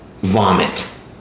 vomit